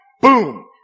boom